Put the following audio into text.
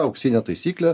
auksinė taisyklė